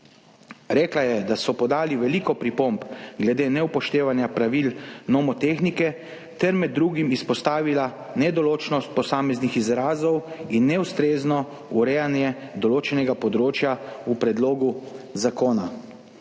Rekla je, da so podali veliko pripomb glede neupoštevanja pravil nomotehnike ter med drugim izpostavila nedoločnost posameznih izrazov in neustrezno urejanje določenega področja v predlogu zakona.